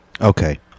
Okay